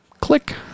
click